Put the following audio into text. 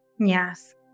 Yes